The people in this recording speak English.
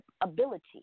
ability